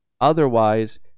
otherwise